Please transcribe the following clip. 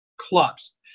clubs